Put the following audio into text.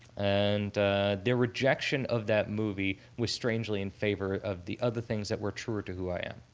and the rejection of that movie was strangely in favor of the other things that were truer to who i am.